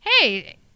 hey